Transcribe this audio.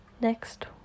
next